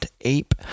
Ape